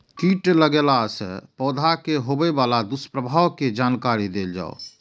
कीट लगेला से पौधा के होबे वाला दुष्प्रभाव के जानकारी देल जाऊ?